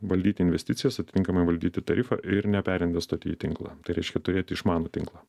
valdyti investicijas atitinkamai valdyti tarifą ir neperinvestuoti į tinklą tai reiškia turėti išmanų tinklą